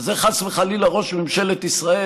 כשזה חס וחלילה ראש ממשלת ישראל,